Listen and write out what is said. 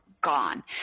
gone